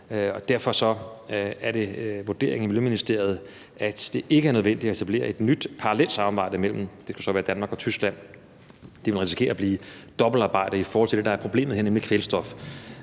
derfor er det vurderingen i Miljøministeriet, at det ikke er nødvendigt at etablere et nyt parallelsamarbejde mellem, det kunne så være Danmark og Tyskland. Det risikerer at blive dobbeltarbejde i forhold til det, der er problemet her, nemlig kvælstof.